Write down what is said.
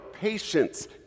patience